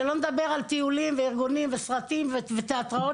שלא נדבר על טיולים וארגונים וסרטים ותיאטראות